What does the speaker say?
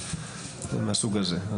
מהסוג הזה.